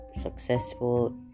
successful